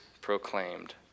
proclaimed